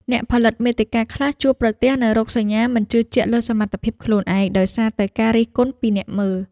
អ្នកផលិតមាតិកាខ្លះជួបប្រទះនូវ រោគសញ្ញាមិនជឿជាក់លើសមត្ថភាពខ្លួនឯង ដោយសារតែការរិះគន់ពីអ្នកមើល។